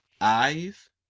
Eyes